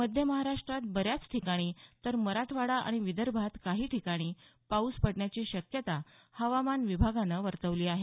मध्य महाराष्ट्रात बऱ्याच ठिकाणी तर मराठवाडा आणि विदर्भात काही ठिकाणी पाऊस पडण्याची शक्यता हवामान विभागानं वर्तवली आहे